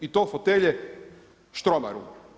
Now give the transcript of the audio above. I to fotelje Štromaru.